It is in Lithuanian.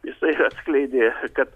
jisai atskleidė kad